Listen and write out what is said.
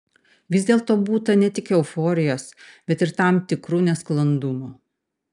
vis dėlto būta ne tik euforijos bet ir tam tikrų nesklandumų